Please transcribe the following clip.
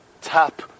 Tap